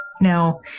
Now